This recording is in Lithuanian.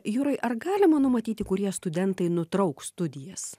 jurai ar galima numatyti kurie studentai nutrauks studijas